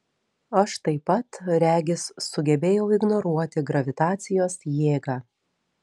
aš taip pat regis sugebėjau ignoruoti gravitacijos jėgą